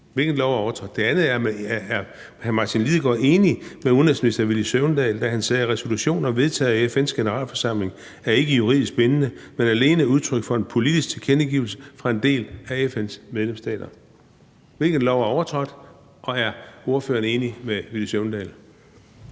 Det er det første. Det andet er, om hr. Martin Lidegaard var enig med udenrigsminister Villy Søvndal, da han sagde, at resolutioner vedtaget af FN's Generalforsamling ikke er juridisk bindende, men alene udtryk for en politisk tilkendegivelse fra en del af FN's medlemsstater. Hvilken lov er overtrådt, og er ordføreren enig med Villy Søvndal?